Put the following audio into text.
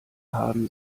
haben